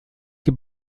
die